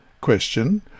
Question